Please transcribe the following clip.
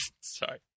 Sorry